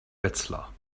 wetzlar